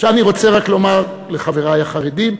עכשיו אני רוצה רק לומר לחברי החרדים,